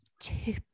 two